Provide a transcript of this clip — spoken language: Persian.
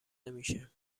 نمیشه